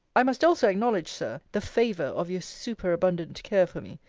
i must also acknowledge, sir, the favour of your superabundant care for me.